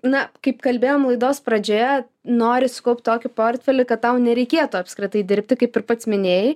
na kaip kalbėjom laidos pradžioje nori sukaupt tokį portfelį kad tau nereikėtų apskritai dirbti kaip ir pats minėjai